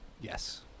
Yes